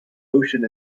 ocean